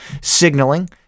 signaling